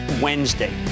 Wednesday